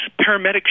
Paramedics